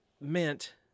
meant